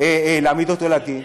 להעמיד אותו לדין?